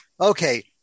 Okay